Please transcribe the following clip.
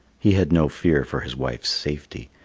he had no fear for his wife's safety,